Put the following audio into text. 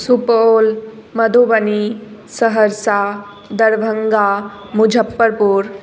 Supaul Madhubani Saharsa Darbhanga Muzaffarpur